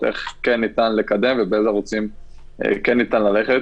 איך כן ניתן לקדם ובאיזה ערוצים כן ניתן ללכת.